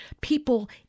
people